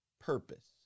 purpose